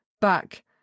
back